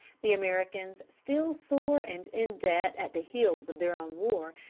the americans, still sore and in debt at the heels of their own war,